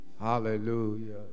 Hallelujah